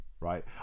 right